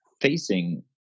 facing